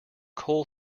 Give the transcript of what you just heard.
coal